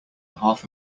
half